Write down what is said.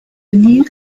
nil